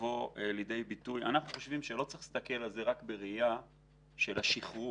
אנחנו חושבים שלא צריך להסתכל על זה רק בראייה של השחרור.